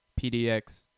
PDX